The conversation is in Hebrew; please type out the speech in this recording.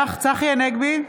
הנגבי,